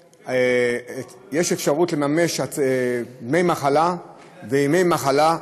יש אפשרות לממש דמי מחלה וימי מחלה,